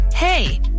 Hey